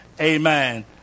Amen